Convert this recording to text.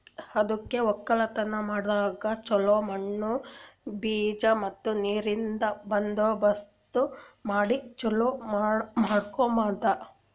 ಅದುಕೆ ಒಕ್ಕಲತನ ಮಾಡಾಗ್ ಚೊಲೋ ಮಣ್ಣು, ಬೀಜ ಮತ್ತ ನೀರಿಂದ್ ಬಂದೋಬಸ್ತ್ ಮಾಡಿ ಚೊಲೋ ನೋಡ್ಕೋಮದ್